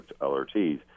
LRTs